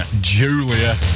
Julia